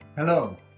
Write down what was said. Hello